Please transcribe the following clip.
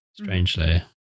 Strangely